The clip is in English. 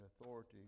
authority